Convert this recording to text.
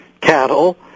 cattle